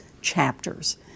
chapters